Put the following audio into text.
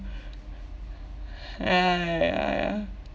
ya ya ya